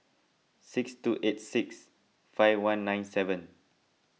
six two eight six five one nine seven